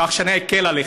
כך שאני אקל עליך.